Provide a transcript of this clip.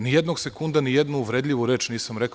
Ni jednog sekunda ni jednu uvredljivu reč nisam rekao.